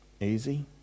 easy